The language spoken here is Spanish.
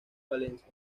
valencia